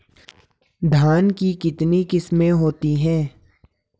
धान की कितनी किस्में होती हैं?